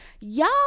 y'all